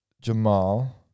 Jamal